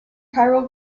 chiral